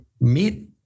meet